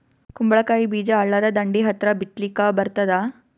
ಕುಂಬಳಕಾಯಿ ಬೀಜ ಹಳ್ಳದ ದಂಡಿ ಹತ್ರಾ ಬಿತ್ಲಿಕ ಬರತಾದ?